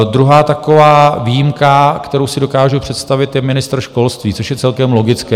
Druhá taková výjimka, kterou si dokážu představit, je ministr školství, což je celkem logické.